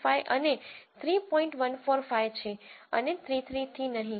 145 છે અને 33 થી નહીં